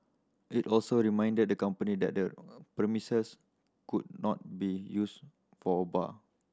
it also reminded the company that the premises could not be used for a bar